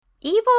Evil